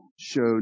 showed